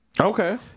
Okay